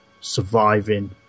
surviving